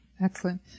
excellent